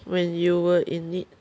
when you were in need